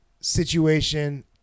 situation